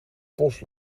bos